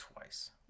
twice